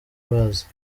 bazi